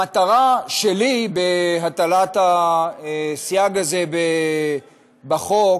המטרה שלי בהטלת הסייג הזה בחוק,